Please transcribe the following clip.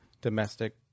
domestic